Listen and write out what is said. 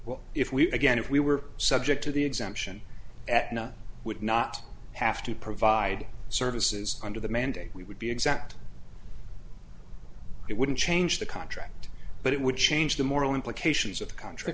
what if we began if we were subject to the exemption at not would not have to provide services under the mandate we would be exact it wouldn't change the contract but it would change the moral implications of the country